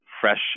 fresh